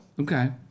okay